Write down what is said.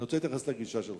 אני רוצה להתייחס לגישה שלך.